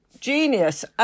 Genius